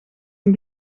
een